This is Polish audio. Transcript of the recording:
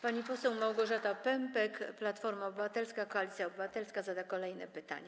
Pani poseł Małgorzata Pępek, Platforma Obywatelska - Koalicja Obywatelska, zada kolejne pytanie.